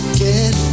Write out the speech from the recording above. get